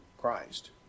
Christ